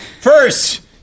First